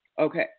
okay